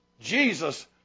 Jesus